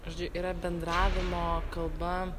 žodžiu yra bendravimo kalba